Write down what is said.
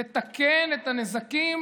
לתקן את הנזקים